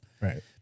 Right